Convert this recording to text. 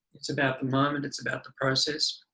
it's about the moment, it's about the process.